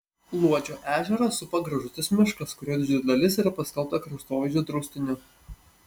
luodžio ežerą supa gražutės miškas kurio didžioji dalis yra paskelbta kraštovaizdžio draustiniu